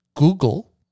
google